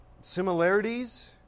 similarities